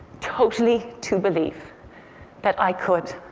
totally, to believe that i could.